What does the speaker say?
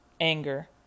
anger